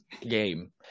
game